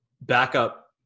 backup